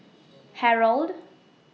Harrold